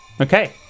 Okay